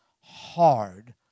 hard